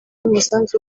umusanzu